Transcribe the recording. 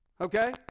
Okay